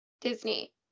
Disney